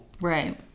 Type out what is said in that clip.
Right